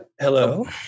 Hello